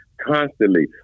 constantly